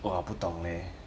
!wah! 不懂 leh